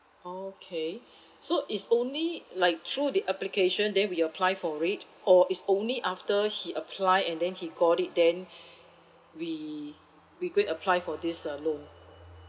okay so is only like through the application then we apply for it or is only after he apply and then he got it then we we go and apply for this uh loan